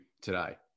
today